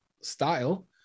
style